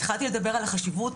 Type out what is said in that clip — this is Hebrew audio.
התחלתי לדבר על החשיבות,